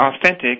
authentic